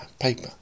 paper